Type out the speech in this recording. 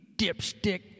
dipstick